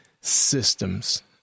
systems